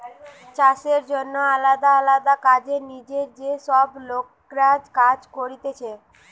চাষের জন্যে আলদা আলদা কাজের জিনে যে সব লোকরা কাজ করতিছে